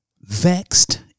Vexed